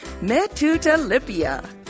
Metutalipia